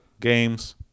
games